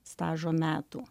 stažo metų